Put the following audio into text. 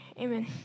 Amen